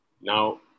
Now